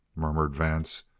murmured vance.